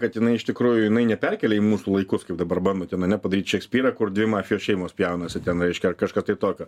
kad jinai iš tikrųjų jinai neperkėlė į mūsų laikus kaip dabar bando ten ane dabar padaryt šekspyrą kur dvi mafijos šeimos pjaunasi ten reiškia ar kažką tai tokio